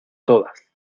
todas